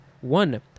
One